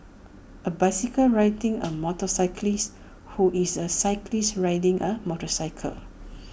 A bicycle riding A motorcyclist who is A cyclist riding A motorcycle